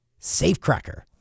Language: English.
safecracker